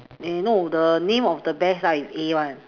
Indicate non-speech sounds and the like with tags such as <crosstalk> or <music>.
<noise> no the name of the bears start with A one